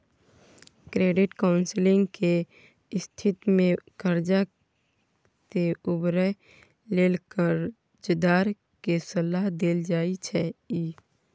credit counselling के स्थिति में कर्जा से उबरय लेल कर्जदार के सलाह देल जाइ छइ